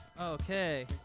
Okay